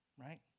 right